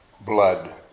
blood